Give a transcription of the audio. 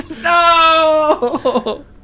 No